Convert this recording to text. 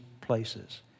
places